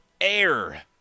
Air